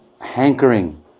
hankering